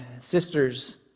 sisters